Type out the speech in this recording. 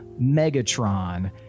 megatron